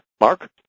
Mark